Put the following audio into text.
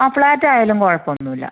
ആ ഫ്ലാറ്റായാലും കുഴപ്പമൊന്നും ഇല്ല